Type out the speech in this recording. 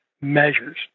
measures